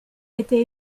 était